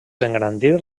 engrandir